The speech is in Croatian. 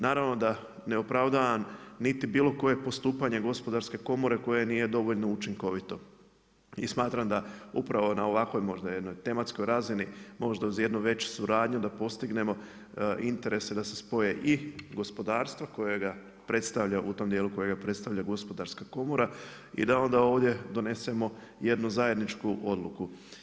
Naravno da ne opravdavam niti bilo koje postupanje gospodarske komore koje nije dovoljno učinkovito i smatram da upravo na ovakvoj možda jednoj tematskoj razini možda uz jednu veću suradnju da postignemo, interesi da se spoje i gospodarstva u tom dijelu kojeg predstavlja gospodarska komora i da onda ovdje donesemo jednu zajedničku odluku.